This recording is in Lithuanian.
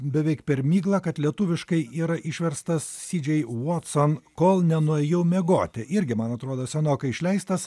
beveik per miglą kad lietuviškai yra išverstas si džei votson kol nenuėjau miegoti irgi man atrodo senokai išleistas